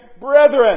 brethren